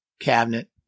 cabinet